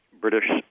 British